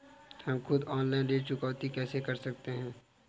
हम खुद ऑनलाइन ऋण चुकौती कैसे कर सकते हैं?